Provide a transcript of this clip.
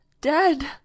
dead